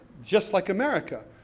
just like america.